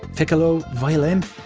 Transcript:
piccolo, violin,